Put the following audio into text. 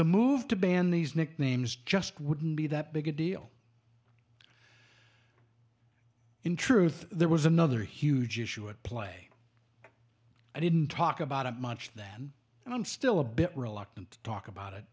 the move to ban these nicknames just wouldn't be that big a deal in truth there was another huge issue at play i didn't talk about it much then and i'm still a bit reluctant to talk about it